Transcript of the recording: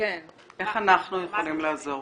איך אנחנו יכולים לעזור?